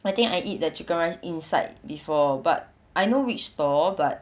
I think I eat the chicken rice inside before but I know which store but